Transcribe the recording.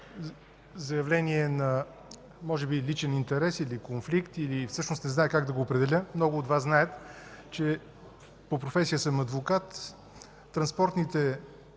заявление, може би личен интерес или конфликт, всъщност не зная как да го определя. Много от Вас знаят, че по професия съм адвокат. Пътнотранспортните